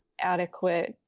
adequate